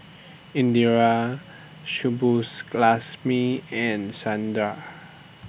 Indira Subbulakshmi and Sundar